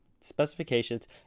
specifications